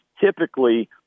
typically –